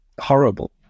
horrible